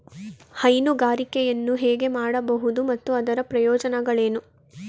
ಹೈನುಗಾರಿಕೆಯನ್ನು ಹೇಗೆ ಮಾಡಬಹುದು ಮತ್ತು ಅದರ ಪ್ರಯೋಜನಗಳೇನು?